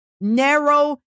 Narrow